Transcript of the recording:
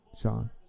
Sean